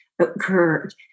occurred